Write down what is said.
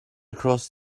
across